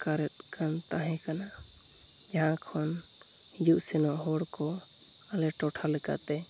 ᱟᱴᱠᱟᱨᱮᱫᱠᱟᱱ ᱛᱟᱦᱮᱸ ᱠᱟᱱᱟ ᱡᱟᱦᱟᱸ ᱠᱷᱚᱱ ᱦᱤᱡᱩᱜ ᱥᱮᱱᱚᱜ ᱦᱚᱲ ᱠᱚ ᱟᱞᱮ ᱴᱚᱴᱷᱟ ᱞᱮᱠᱟᱛᱮ